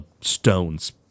stones